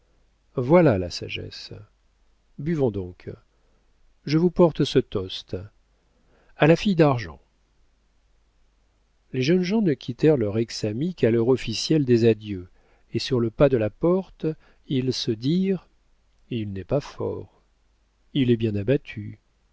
voilà la sagesse buvons donc je vous porte ce toast a la fille d'argent les jeunes gens ne quittèrent leur ex ami qu'à l'heure officielle des adieux et sur le pas de la porte ils se dirent il n'est pas fort il est bien abattu